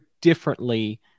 differently